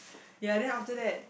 ya then after that